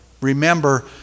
Remember